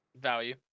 value